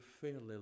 fairly